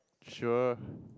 sure